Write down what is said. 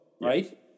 right